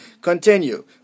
Continue